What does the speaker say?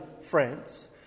France